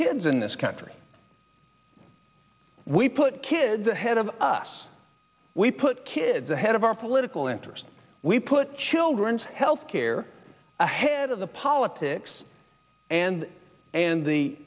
kids in this country we put kids ahead of us we put kids ahead of our political interest we put children's health care ahead of the politics and and the